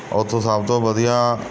ਓਥੋਂ ਸਭ ਤੋਂ ਵਧੀਆ